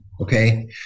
Okay